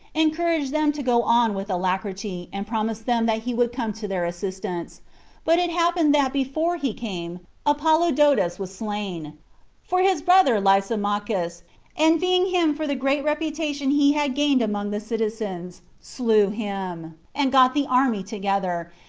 encouraged them to go on with alacrity, and promised them that he would come to their assistance but it happened that before he came apollodotus was slain for his brother lysimachus envying him for the great reputation he had gained among the citizens, slew him, and got the army together,